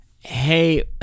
Hey